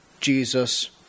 Jesus